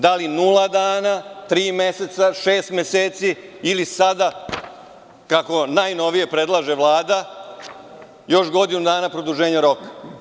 Da li nula dana, tri meseca, šest meseci ili sada, kako najnovije predlaže Vlada, još godinu dana produženja roka?